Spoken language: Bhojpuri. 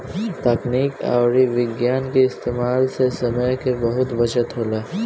तकनीक अउरी विज्ञान के इस्तेमाल से समय के बहुत बचत होला